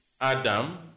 Adam